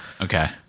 Okay